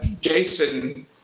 Jason